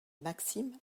maxime